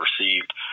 received